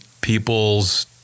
people's